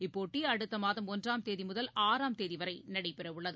இப்போட்டிஅடுத்தமாதம் ஒன்றாம் தேதிமுதல் ஆறாம் தேதிவரைநடைபெறவுள்ளது